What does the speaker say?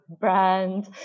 brand